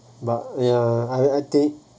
but ya I I think